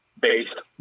based